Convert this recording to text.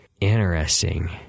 Interesting